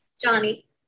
Johnny